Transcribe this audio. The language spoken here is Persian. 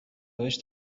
روش